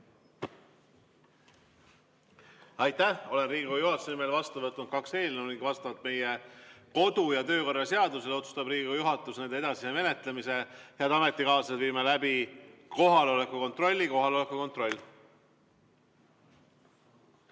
Aitäh! Olen Riigikogu juhatuse nimel vastu võtnud kaks eelnõu ning vastavalt meie kodu- ja töökorra seadusele otsustab Riigikogu juhatus nende edasise menetlemise. Head ametikaaslased, viime läbi kohaloleku kontrolli. Kohaloleku kontroll.